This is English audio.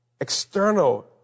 external